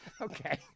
okay